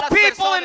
people